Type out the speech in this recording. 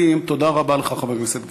תודה רבה לך, חבר הכנסת גילאון.